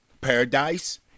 Paradise